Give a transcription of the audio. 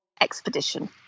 expedition